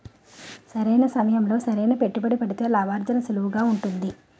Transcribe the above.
సరైన సమయంలో సరైన పెట్టుబడి పెడితే లాభార్జన సులువుగా ఉంటుంది